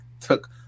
took